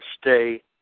stay